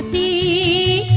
e